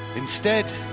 instead